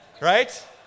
Right